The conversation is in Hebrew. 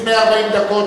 לפני 40 דקות,